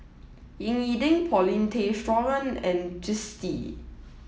Ying E Ding Paulin Tay Straughan and Twisstii